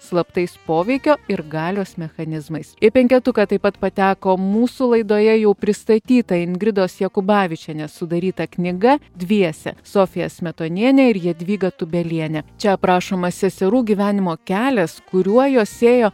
slaptais poveikio ir galios mechanizmais į penketuką taip pat pateko mūsų laidoje jau pristatyta ingridos jakubavičienės sudaryta knyga dviese sofija smetonienė ir jadvyga tubeliene čia aprašomas seserų gyvenimo kelias kuriuo jos ėjo